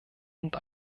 und